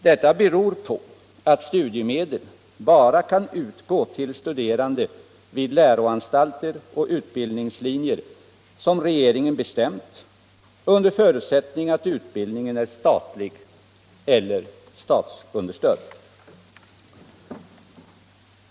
Detta beror på att studiemedel bara kan utgå till studerande vid läroanstalter och utbildningslinjer som regeringen bestämt under förutsättning att utbildningen är statlig eller statsunderstödd.